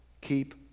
Keep